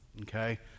okay